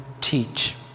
teach